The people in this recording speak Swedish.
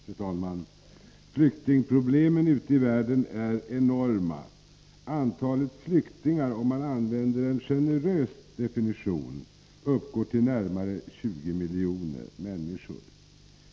Fru talman! Flyktingproblemen ute i världen är enorma. Antalet flyktingar - Om man använder en generös definition — uppgår till närmare 20 miljoner.